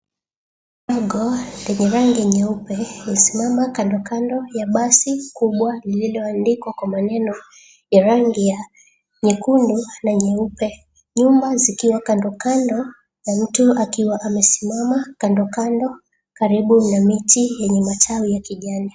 ...Lenye rangi nyeupe limesimama kandokando ya basi kubwa lililoandikwa kwa maneno ya rangi ya nyekundu na nyeupe. Nyumba zikiwa kandokando, na mtu akiwa amesimama kandokando, karibu na miti yenye matawi ya kijani.